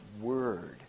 word